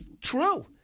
true